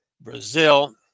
Brazil